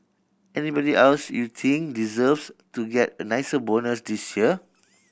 anybody else you think deserves to get a nicer bonus this year